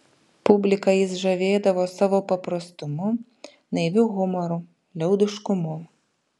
publiką jis žavėdavo savo paprastumu naiviu humoru liaudiškumu